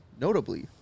notably